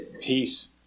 peace